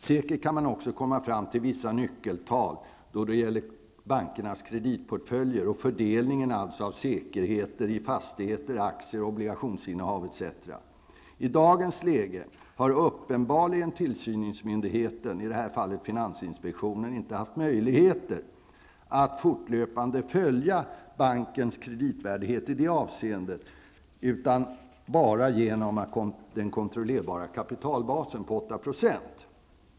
Säkert kan man också komma fram till vissa nyckeltal då det gäller bankernas kreditportföljer och fördelningen av säkerheter i fastigheter, aktier och obligationsinnehav etc. I dagens läge har tillsynsmyndigheten, i detta fall finansinspektionen, uppenbarligen inte haft möjligheter att fortlöpande följa bankens kreditvärdighet i det avseendet, utan bara genom den kontrollerbara kapitalbasen på 8 %.